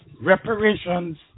Reparations